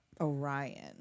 Orion